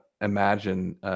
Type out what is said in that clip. imagine